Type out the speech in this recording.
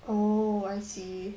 oh I see